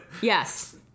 Yes